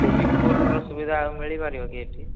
swimming pool ର ସୁବିଧା ମିଳିପାରିବ କି ଏହିଠି